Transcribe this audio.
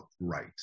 right